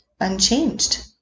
unchanged